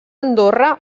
andorra